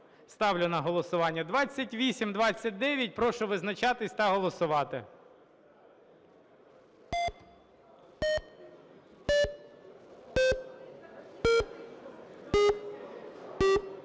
Ставлю на голосування 2829. Прошу визначатись та голосувати.